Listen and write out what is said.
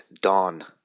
dawn